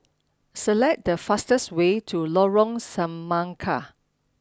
select the fastest way to Lorong Semangka